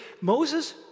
Moses